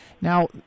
Now